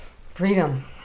Freedom